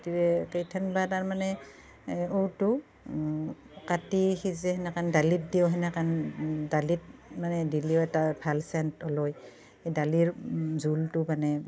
কেইথেনবা তাৰমানে ঔটো কাটি সিজাই হেনেকান দালিত দিওঁ হেনেকেন দালিত মানে দিলেও এটা ভাল চেণ্ট ওলায় দালিৰ জোলটো মানে